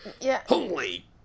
Holy